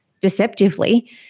deceptively